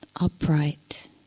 upright